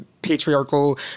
patriarchal